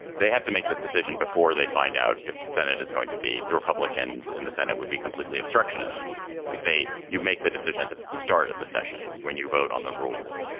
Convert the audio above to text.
they have to make this decision before they find out if the senate is going to be the republicans in the senate would be completely obstructionist like they you make the decision at the start of the session when you vote on the rules.